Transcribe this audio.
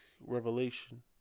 revelation